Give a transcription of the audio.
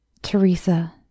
Teresa